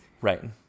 Right